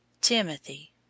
Timothy